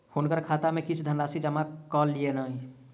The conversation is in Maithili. हुनकर खाता में किछ धनराशि जमा कय दियौन